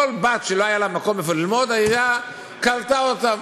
כל בת שלא היה לה מקום ללמוד, העירייה קלטה אותן.